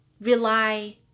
rely